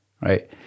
right